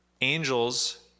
Angels